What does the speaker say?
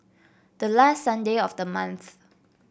the last Sunday of the month